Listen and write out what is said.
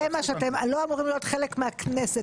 זה מה שאתם, לא אמורים להיות חלק מהכנסת.